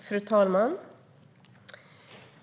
Fru talman!